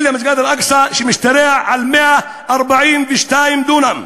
אלא מסגד אל-אקצא משתרע על 142 דונם.